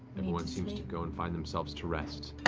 everyone seems to go and find themselves to rest,